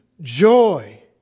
joy